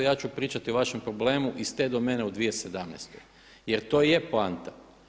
Ja ću pričati o vašem problemu iz te domene u 2017. jer to je poanta.